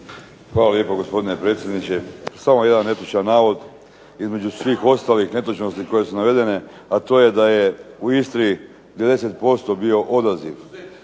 Hvala lijepa gospodine predsjedniče. Samo jedan netočan navod, između svih ostalih netočnosti koje su navedene, a to je da je u Istri …/Govornik